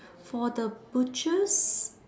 for the butchers